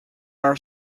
are